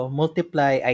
multiply